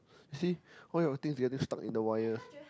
you see all your things getting stuck in the wire